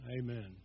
Amen